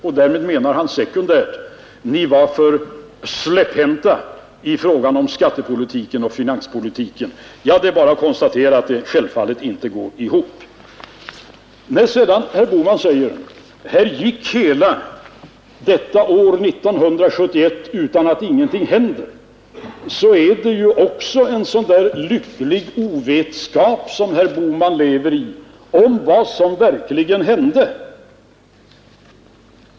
Med det menar han sekundärt: Ni var för släpphänta i fråga om skattepolitiken och finanspolitiken. Det är bara att konstatera att det självfallet inte går ihop. När sedan herr Bohman säger att här gick hela detta år, 1971, utan att någonting hände, så lever herr Bohman också i en lycklig ovetskap om vad som verkligen hände.